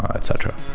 ah etc.